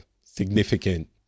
significant